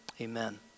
Amen